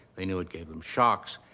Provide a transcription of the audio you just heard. they knew it gave them shocks.